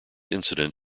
incident